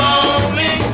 Lonely